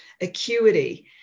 acuity